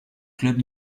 club